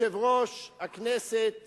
יושב-ראש הכנסת שמכהן,